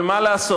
אבל מה לעשות,